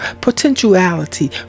potentiality